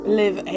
live